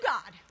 God